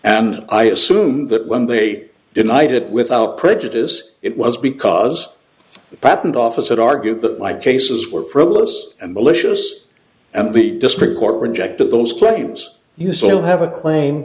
and i assume that when they denied it without prejudice it was because the patent office had argued that my cases were frivolous and malicious and the district court rejected those cretans you still have a cla